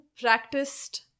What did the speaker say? practiced